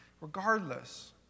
Regardless